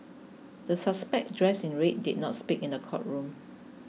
the suspect dressed in red did not speak in the courtroom